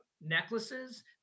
necklaces